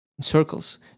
circles